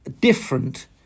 different